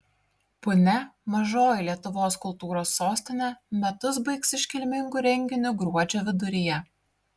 punia mažoji lietuvos kultūros sostinė metus baigs iškilmingu renginiu gruodžio viduryje